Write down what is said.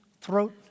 throat